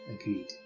Agreed